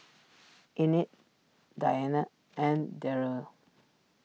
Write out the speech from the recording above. Enid Dianne and Daryn